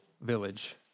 village